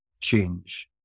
change